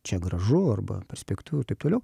čia gražu arba perspektyvu ir taip toliau